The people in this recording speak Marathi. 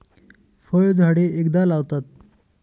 फळझाडे एकदा लावतात